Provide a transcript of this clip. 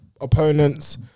opponents